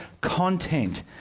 content